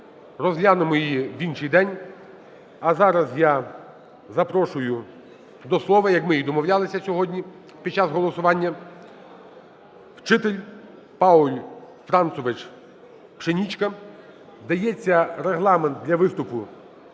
розглянемо її в інший день. А зараз я запрошую до слова, як ми і домовлялися сьогодні під час голосування, вчитель ПаульФранцович Пшенічка. Дається регламент для виступу